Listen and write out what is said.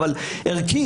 אבל ערכית,